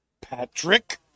Patrick